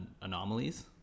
anomalies